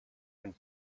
and